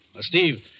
Steve